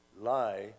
lie